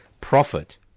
profit